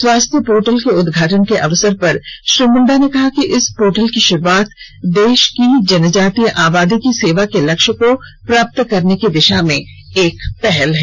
स्वास्थ्य पोर्टल के उदघाटन के अवसर पर श्री मुंडा ने कहा कि इस पोर्टल की शुरूआत देश की जनजातीय आबादी की सेवा के लक्ष्य को प्राप्त करने की दिशा में एक पहल है